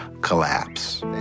collapse